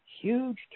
huge